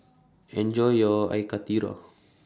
Enjoy your Air Karthira